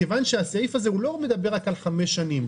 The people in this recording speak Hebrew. מכיוון שהסעיף הזה לא מדבר רק על 5 שנים.